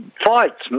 fights